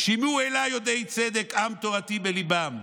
"שמעו אלַי ידעי צדק עם תורתי בלִבם,